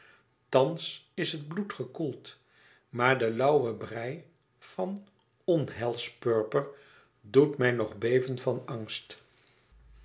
thans is het bloed gekoeld maar de lauwe brei van onheilspurper doet mij nog beven van angst